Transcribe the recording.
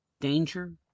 danger